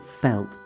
felt